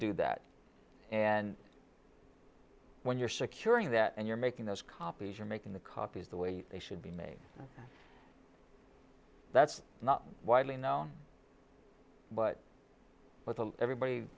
do that and when you're securing that and you're making those copies you're making the copies the way they should be made that's not widely known but with everybody